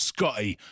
Scotty